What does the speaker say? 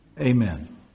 Amen